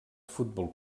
futbol